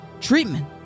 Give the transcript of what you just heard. treatment